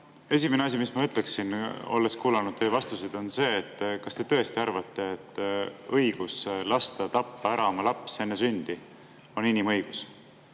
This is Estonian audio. Esimene asi, mis ma ütleksin, olles kuulanud teie vastuseid, on see, et kas te tõesti arvate, et õigus lasta tappa ära oma laps enne sündi on inimõigus.